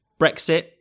Brexit